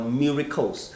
miracles